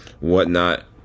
whatnot